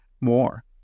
more